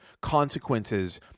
consequences